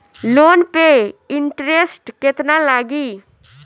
Loan पे interest केतना लागी?